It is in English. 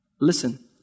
Listen